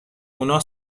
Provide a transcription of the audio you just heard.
اونا